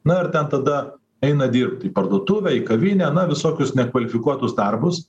na ir ten tada eina dirbt į parduotuvę į kavinę na visokius nekvalifikuotus darbus